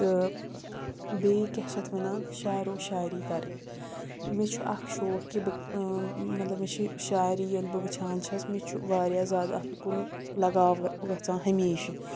تہٕ بیٚیہِ کیٛاہ چھِ اَتھ وَنان شعر و شاعری کَرٕنۍ مےٚ چھُ اَکھ شوق کہِ بہٕ مطلب مےٚ چھُ شاعری ییٚلہِ بہٕ وٕچھان چھَس مےٚ چھُ واریاہ زیادٕ اَتھ کُن لَگاو گژھان ہمیشہٕ